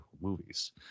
movies